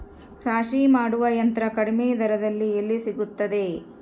ರಾಶಿ ಮಾಡುವ ಯಂತ್ರ ಕಡಿಮೆ ದರದಲ್ಲಿ ಎಲ್ಲಿ ಸಿಗುತ್ತದೆ?